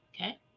Okay